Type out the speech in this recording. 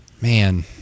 Man